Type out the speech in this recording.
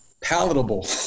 palatable